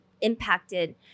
impacted